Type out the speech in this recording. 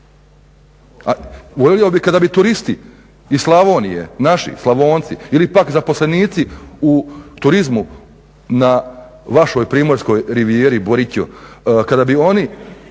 A volio bih kad bi turisti iz Slavonije, naši Slavonci ili pak zaposlenici u turizmu na vašoj primorskoj rivijeri, Boriću, kada bi oni,